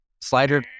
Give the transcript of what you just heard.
slider